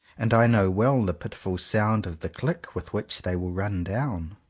and i know well the pitiful sound of the click with which they will run down.